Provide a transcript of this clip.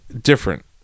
different